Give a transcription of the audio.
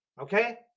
okay